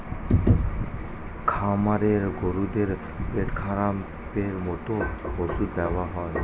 খামারের গরুদের পেটখারাপের মতো অসুখ দেখা যায়